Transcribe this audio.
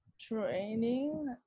training